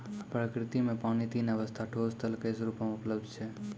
प्रकृति म पानी तीन अबस्था ठोस, तरल, गैस रूपो म उपलब्ध छै